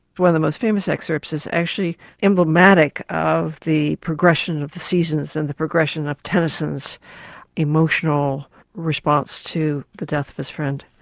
one of the most famous excerpts is actually emblematic of the progression of the seasons and the progression of tennyson's emotional response to the death of his friend